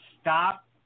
stop